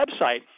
website